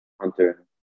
hunter